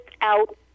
out